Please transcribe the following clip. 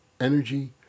energy